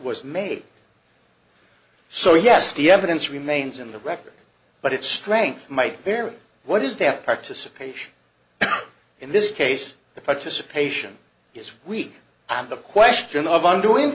was made so yes the evidence remains in the record but its strength might vary what is that participation in this case the participation is weak on the question of